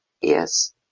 yes